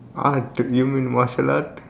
ah you mean martial arts